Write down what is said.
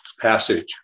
passage